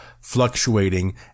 fluctuating